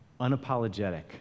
unapologetic